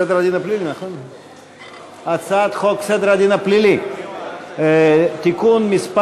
סדר הדין הפלילי (חקירת חשודים) (תיקון מס'